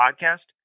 podcast